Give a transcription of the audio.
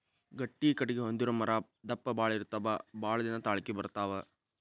ಗಟ್ಟಿ ಕಟಗಿ ಹೊಂದಿರು ಮರಾ ದಪ್ಪ ಬಾಳ ಇರತಾವ ಬಾಳದಿನಾ ತಾಳಕಿ ಬರತಾವ